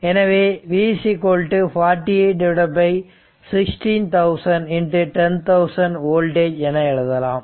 எனவே v 48 16000 10000 voltage என எழுதலாம்